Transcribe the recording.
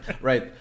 right